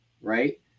right